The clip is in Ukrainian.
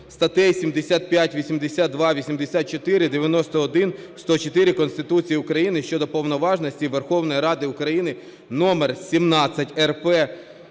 статей 75, 82, 84, 91, 104 Конституції України щодо повноважності Верховної Ради України №